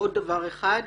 עוד דבר אחד,